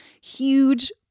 huge